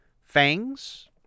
fangs